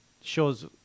shows